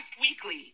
Weekly